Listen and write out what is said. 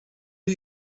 are